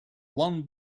one